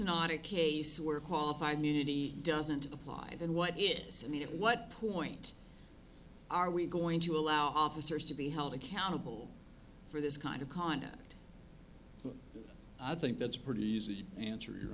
not a case where qualified immunity doesn't apply then what is the at what point are we going to allow officers to be held accountable for this kind of conduct i think that's pretty easy answer